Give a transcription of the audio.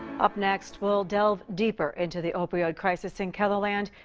up next, we'll delve deeper into the opioid crisis in keloland.